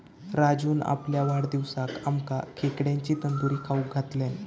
राजून आपल्या वाढदिवसाक आमका खेकड्यांची तंदूरी खाऊक घातल्यान